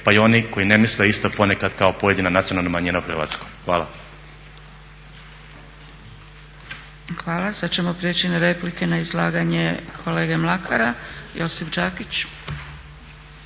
pa i oni koji ne misle isto poneka kao pojedina nacionalna manjina u Hrvatskoj. Hvala. **Zgrebec, Dragica (SDP)** Hvala. Sada ćemo prijeći na replike na izlaganje kolege Mlakara, Josip Đakić.